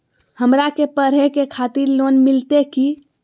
हमरा के पढ़े के खातिर लोन मिलते की?